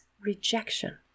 rejection